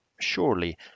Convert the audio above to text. surely